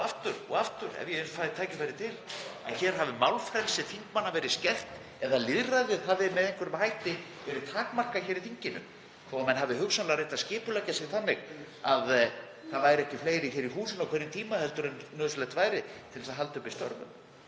og aftur ef ég fæ tækifæri til, að hér hafi málfrelsi þingmanna verið skert eða lýðræðið hafi með einhverjum hætti verið takmarkað í þinginu þótt menn hafi hugsanlega reynt að skipuleggja sig þannig að ekki væru fleiri hér í húsinu á hverjum tíma en nauðsynlegt er til þess að halda uppi störfum.